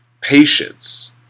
patience